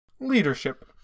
Leadership